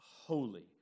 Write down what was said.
Holy